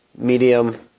medium,